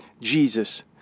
Jesus